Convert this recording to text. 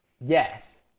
Yes